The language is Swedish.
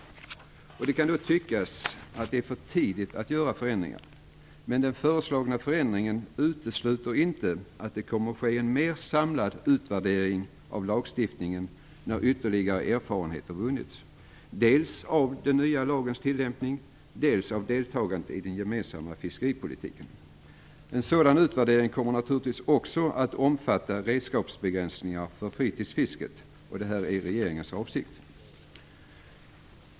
Det kan då tyckas att det är för tidigt att göra förändringar. Den föreslagna förändringen utesluter dock inte en mer samlad utvärdering av lagstiftningen när ytterligare erfarenheter har vunnits. Det handlar om en utvärdering dels av den nya lagens tillämpning, dels av deltagandet i den gemensamma fiskeripolitiken. En sådan utvärdering kommer naturligtvis också att omfatta redskapsbegränsningar för fritidsfisket. Det är regeringens avsikt.